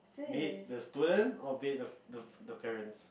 be it the student or be it the the the parents